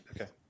Okay